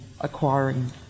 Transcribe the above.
acquiring